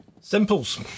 Simples